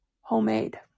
homemade